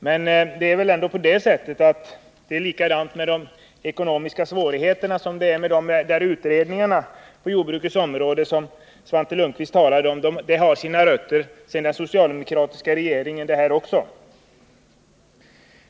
Men det är väl ändå likadant med de ekonomiska svårigheterna som det är med de där utredningarna på jordbrukets område som Svante Lundkvist talade om, att det hela har sina rötter i vad den socialdemokratiska regeringen gjorde.